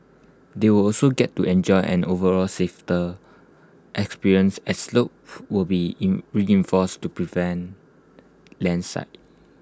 they will also get to enjoy an overall experience as slopes will be in reinforced to prevent landslides